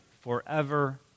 forever